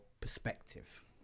perspective